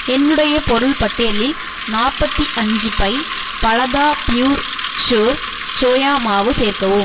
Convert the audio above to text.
என்னுடைய பொருள் பட்டியலில் நாற்பத்தி அஞ்சு பை பலதா ப்யூர் ஷோர் சோயா மாவு சேர்க்கவும்